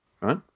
Right